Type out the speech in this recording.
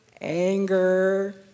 anger